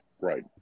Right